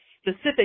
specific